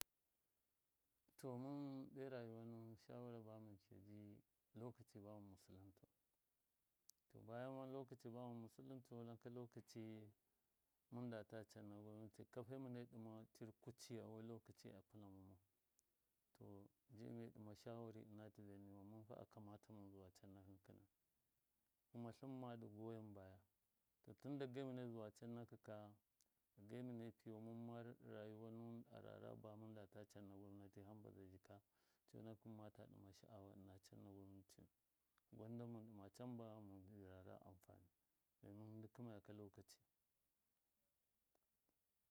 To mɨn ɗo rayuwa nuwɨn shawara ba mɨn kiyaa ji tɨnlokaci bamɨn musuluntau bayan lokacṫ bamɨn musuluntau naka lokacɨ mɨn data canna gwamnati kwafe mɨne ɗɨma tir kuciya, naka lokacṫ a pɨnama mau to je mɨne ɗɨma shawari ɨna tɨvan niwan mɨnfa akamata mɨn zuwa can nakɨn kɨnai kuma tlɨmma dɨ goyan baya. To tɨn dage mɨne zuwa can nakaka. dage mɨne piyau mɨn mar rayuwa nuwɨn a rara ba mɨn data canna gwamnati hamba zai jika conakɨn mɨn mata ɗɨma sha. awa ɨna canna gwamnatiyu, gwanda mɨn ɗɨma can ba ghamuwɨn arara amfani domin ndɨ kɨmayakɨ lokacɨ.